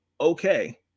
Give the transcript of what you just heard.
Okay